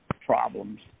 problems